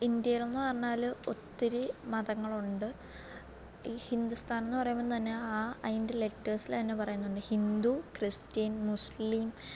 ഇന്ത്യയിൽ എന്നു പറഞ്ഞാൽ ഒത്തിരി മതങ്ങളുണ്ട് ഈ ഹിന്ദുസ്ഥാനെന്ന് പറയുമ്പോൾ തന്നേ ആ അതിൻ്റെ ലെറ്റേഴ്സിൽ തന്നെ പറയുന്നുണ്ട് ഹിന്ദു ക്രിസ്ത്യൻ മുസ്ലിം